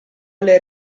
alle